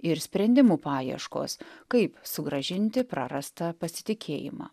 ir sprendimų paieškos kaip sugrąžinti prarastą pasitikėjimą